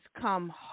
come